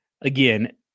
Again